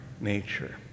Nature